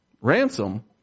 Ransom